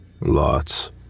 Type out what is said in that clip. Lots